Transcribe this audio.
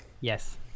Yes